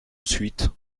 ensuite